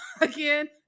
again